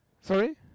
sorry